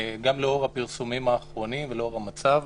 לאור הפרסומים האחרונים ולאור המצב.